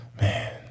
Man